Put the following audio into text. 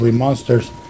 monsters